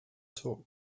talk